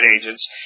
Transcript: agents